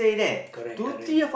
correct correct